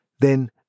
Then